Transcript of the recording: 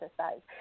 exercise